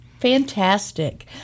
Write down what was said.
Fantastic